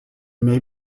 may